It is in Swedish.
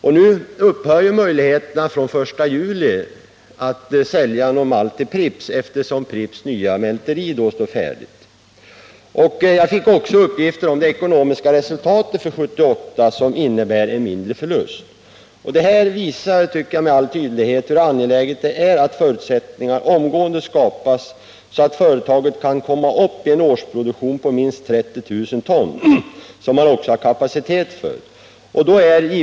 Det bör nämnas att möjligheterna att sälja malt till Pripps upphör från den 1 juli, eftersom Pripps nya mälteri då står färdigt. Jag har också fått uppgifter om det ekonomiska resultatet för 1978, som innebär en mindre förlust. Dessa uppgifter visar enligt min mening med all önskvärd tydlighet hur angeläget det är att förutsättningar omgående skapas för företaget att komma upp i en årsproduktion på minst 30 000 ton, vilket man också har kapacitet för.